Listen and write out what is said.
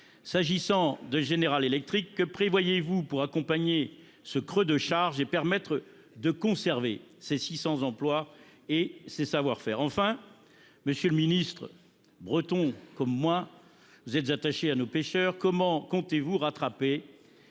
s’agissant de General Electric, que prévoyez vous pour accompagner ce creux de charge et permettre de conserver les 600 emplois et les savoir faire ? Enfin, monsieur le secrétaire d’État, vous êtes Breton comme moi. Vous êtes attaché à nos pêcheurs. Comment comptez vous rattraper